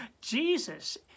Jesus